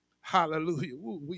Hallelujah